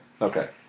okay